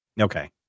Okay